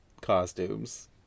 costumes